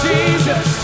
Jesus